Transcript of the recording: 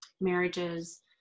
marriages